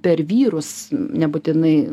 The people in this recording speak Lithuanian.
per vyrus nebūtinai